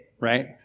right